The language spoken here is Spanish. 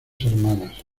hermanas